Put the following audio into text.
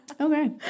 okay